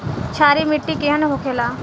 क्षारीय मिट्टी केहन होखेला?